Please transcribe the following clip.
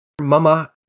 mama